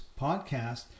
podcast